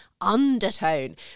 undertone